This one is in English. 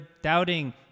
doubting